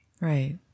Right